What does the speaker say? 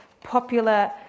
popular